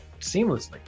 seamlessly